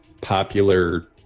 popular